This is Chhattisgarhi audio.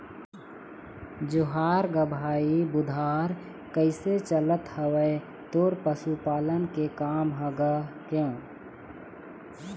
जोहार गा भाई बुधार कइसे चलत हवय तोर पशुपालन के काम ह गा?